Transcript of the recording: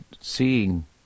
seeing